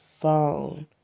phone